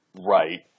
right